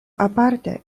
aparte